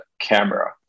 camera